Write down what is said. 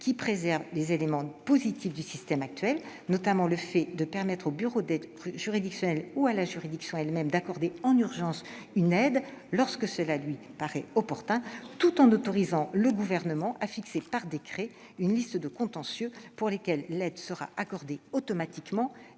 qui préserve les éléments positifs du système actuel, notamment le fait de permettre au bureau d'aide juridictionnelle ou à la juridiction elle-même d'accorder en urgence une aide lorsque cela lui paraît opportun, tout en autorisant le Gouvernement à fixer par décret une liste de contentieux pour lesquels l'aide sera accordée automatiquement